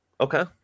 Okay